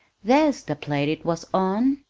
there's the plate it was on!